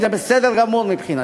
זה בסדר גמור מבחינתי.